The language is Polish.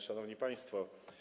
Szanowni Państwo!